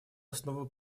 основу